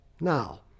Now